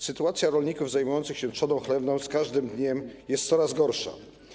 Sytuacja rolników zajmujących się trzodą chlewną z każdym dniem jest coraz gorsza.